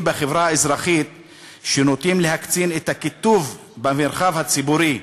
בחברה האזרחית שנוטים להקצין את הקיטוב במרחב הציבורי,